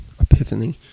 epiphany